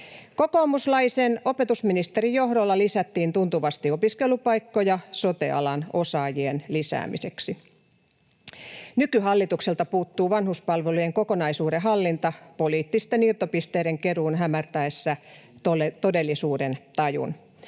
Kokoomuslaisen opetusministerin johdolla lisättiin tuntuvasti opiskelupaikkoja sote-alan osaajien lisäämiseksi. Nykyhallitukselta puuttuu vanhuspalvelujen kokonaisuuden hallinta poliittisten irtopisteiden keruun hämärtäessä todellisuudentajun.